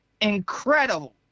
incredible